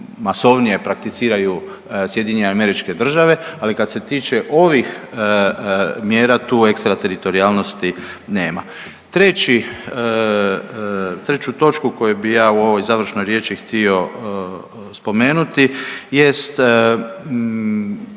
masovnije prakticiraju SAD, ali kad se tiče ovih mjera tu ekstra teritorijalnosti nema. Treću točku koju bih ja u ovoj završnoj riječi htio spomenuti jest